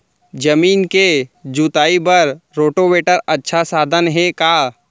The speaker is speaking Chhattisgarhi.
जमीन के जुताई बर रोटोवेटर अच्छा साधन हे का?